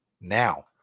now